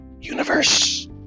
universe